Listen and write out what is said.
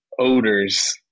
odors